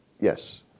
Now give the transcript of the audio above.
yes